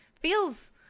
feels